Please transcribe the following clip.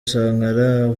sankara